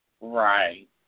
Right